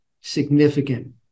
significant